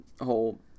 whole